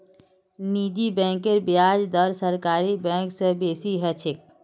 निजी बैंकेर ब्याज दर सरकारी बैंक स बेसी ह छेक